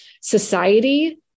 society